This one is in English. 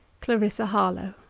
clarissa harlowe.